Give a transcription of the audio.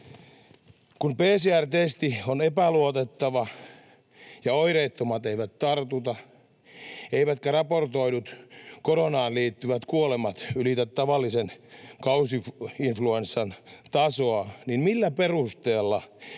Kun PCR-testi on epäluotettava ja oireettomat eivät tartuta eivätkä raportoidut koronaan liittyvät kuolemat ylitä tavallisen kausi-influenssan tasoa, niin millä perusteella